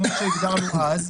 כפי שהגדרנו אז,